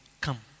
come